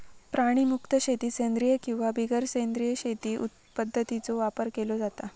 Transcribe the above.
प्राणीमुक्त शेतीत सेंद्रिय किंवा बिगर सेंद्रिय शेती पध्दतींचो वापर केलो जाता